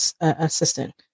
assistant